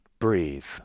Breathe